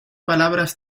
palabras